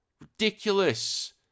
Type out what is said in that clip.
Ridiculous